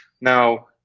Now